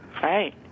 Right